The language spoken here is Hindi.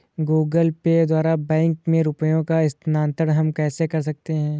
गूगल पे द्वारा बैंक में रुपयों का स्थानांतरण हम कैसे कर सकते हैं?